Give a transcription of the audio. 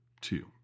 two